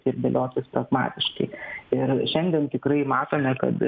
ir dėliotis pragmatiškai ir šiandien tikrai matome kad